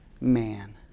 man